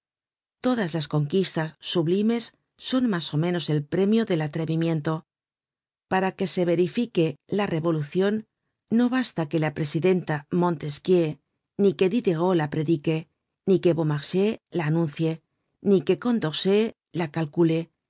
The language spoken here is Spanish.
todas las conquistas sublimes son mas ó menos el premio del atrevimiento para que se verifique la revolucion no basta que la presienta tomo iii s content from google book search generated at montesquieu ni que diderot la predique ni que beaumarchais la anuncie ni que condorcet la calcule